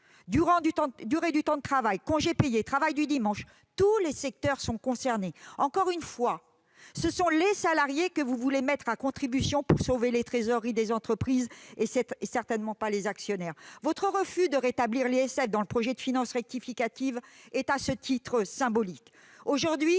Temps de travail, congés payés, travail le dimanche : dans tous les secteurs, ce sont encore une fois les salariés que vous voulez mettre à contribution pour sauver les trésoreries des entreprises, certainement pas les actionnaires ! Votre refus de rétablir l'ISF dans le projet de loi de finances rectificative est à ce titre symbolique.